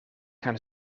gaan